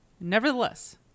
Nevertheless